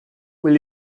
will